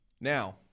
now